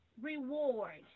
reward